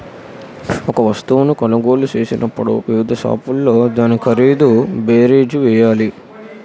ఒక వస్తువును కొనుగోలు చేసినప్పుడు వివిధ షాపుల్లో దాని ఖరీదు బేరీజు వేయాలి